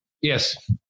Yes